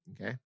Okay